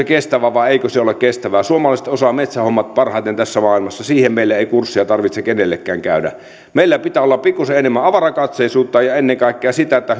kestävää vai eikö se ole kestävää suomalaiset osaavat metsähommat parhaiten tässä maailmassa siihen meidän ei kurssia tarvitse kellään käydä meillä pitää olla pikkusen enemmän avarakatseisuutta ja ennen kaikkea sitä että